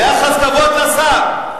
יחס כבוד לשר.